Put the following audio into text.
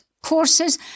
courses